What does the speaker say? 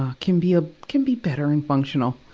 ah can be a, can be better and functional.